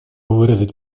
выразить